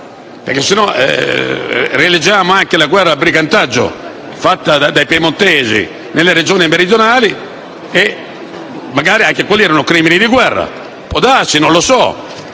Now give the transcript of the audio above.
perché se no rileggiamo la guerra al brigantaggio fatta dai piemontesi nelle Regioni meridionali e magari anche quelli erano crimini di guerra. Può darsi, non so se